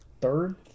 Third